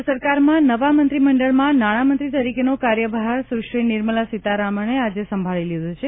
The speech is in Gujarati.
કેન્દ્ર સરકારમાં નવા મંત્રી મંડળમાં નાણાં મંત્રી તરીકેનો કાર્યભાર સુશ્રી નિર્મલા સીતારમણને આજે સંભાળી લીધો છે